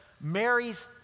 Mary's